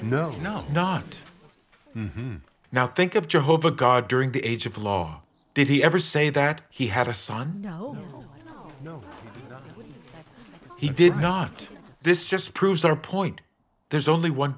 no no not now think of jehovah god during the age of law did he ever say that he had a son no no he did not this just proves our point there's only one